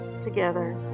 together